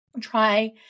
try